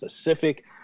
specific